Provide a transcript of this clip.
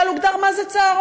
הוגדר בכלל מה זה צהרון.